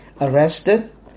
arrested